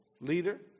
leader